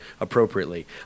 appropriately